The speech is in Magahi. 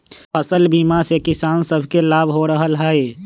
फसल बीमा से किसान सभके लाभ हो रहल हइ